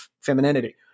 femininity